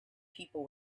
people